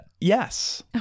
yes